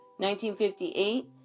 1958